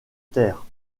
terre